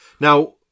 Now